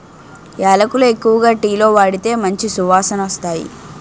యాలకులు ఎక్కువగా టీలో వాడితే మంచి సువాసనొస్తాయి